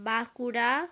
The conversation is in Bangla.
বাঁকুড়া